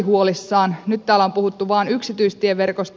nyt täällä on puhuttu vain yksityistieverkosta